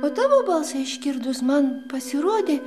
o tavo balsą išgirdus man pasirodė